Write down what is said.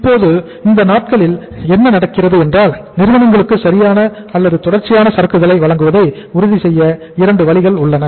இப்போது இந்த நாட்களில் என்ன நடக்கிறது என்றால் நிறுவனங்களுக்கு சரியான அல்லது தொடர்ச்சியான சரக்குகளை வழங்குவதை உறுதி செய்ய இரண்டு வழிகள் உள்ளன